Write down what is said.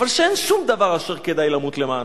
אבל כשאין שום דבר אשר כדאי למות למענו,